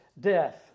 death